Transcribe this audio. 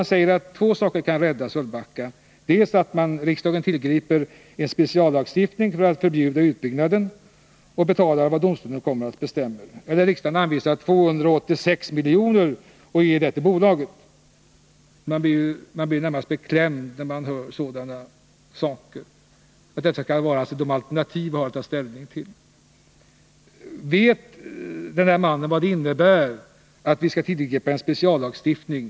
Han säger att två saker kan rädda Sölvbacka: dels att riksdagen tillgriper en speciallagstiftning för att förbjuda utbyggnaden och att vi betalar vad domstolen kommer att bestämma, dels att riksdagen anvisar 286 milj.kr. som skall ges till bolaget. Man blir närmast beklämd när man hör sådana saker. Detta skall alltså vara de alternativ vi har att ta ställning till. Vet den här mannen vad det skulle innebära om vi tillgriper alternativet med en speciallagstiftning?